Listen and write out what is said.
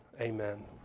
amen